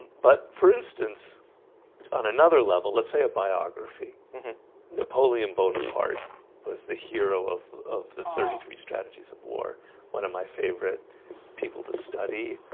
but for instance on another level. let's say a biography. mm-hmm napoleon bonaparte was the hero of of the thirty three strategies of war one of my favorite people to study